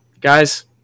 guys